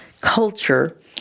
culture